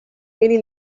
many